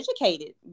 educated